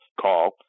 call